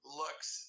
looks